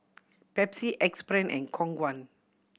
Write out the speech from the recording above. Pepsi Axe Brand and Khong Guan